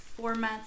formats